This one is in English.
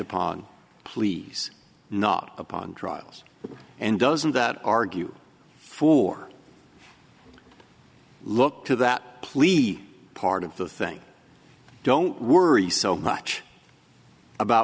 upon police not upon trials and doesn't that argue for look to that plea part of the thing don't worry so much about